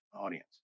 audience